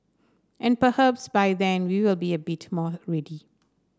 and perhaps by then we will be a bit more ready